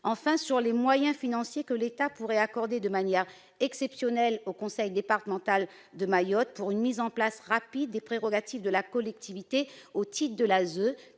Enfin, quels sont les moyens financiers que l'État pourrait accorder de manière exceptionnelle au conseil départemental de Mayotte pour une mise en place rapide des prérogatives de la collectivité au titre de l'ASE,